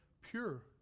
pure